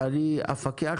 ואני אפקח.